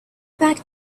back